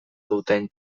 duten